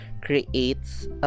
creates